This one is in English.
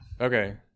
Okay